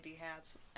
hats